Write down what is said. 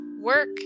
Work